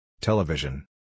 Television